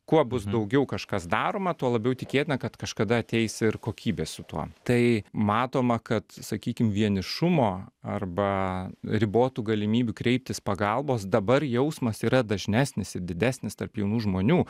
kuo bus daugiau kažkas daroma tuo labiau tikėtina kad kažkada ateis ir kokybė su tuo tai matoma kad sakykim vienišumo arba ribotų galimybių kreiptis pagalbos dabar jausmas yra dažnesnis ir didesnis tarp jaunų žmonių